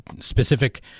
specific